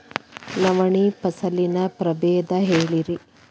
ನವಣಿ ಫಸಲಿನ ಪ್ರಭೇದ ಹೇಳಿರಿ